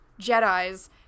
Jedis